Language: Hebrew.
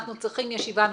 אנחנו צריכים ישיבה נוספת.